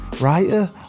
writer